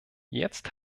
jetzt